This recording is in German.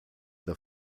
der